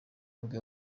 nibwo